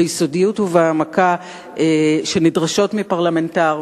ביסודיות ובהעמקה שנדרשות מפרלמנטר.